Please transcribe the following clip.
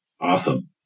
Awesome